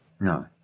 No